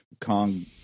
Kong